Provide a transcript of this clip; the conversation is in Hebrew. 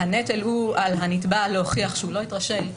הנטל הוא על הנתבע להוכיח שהוא לא התרשל,